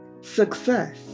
Success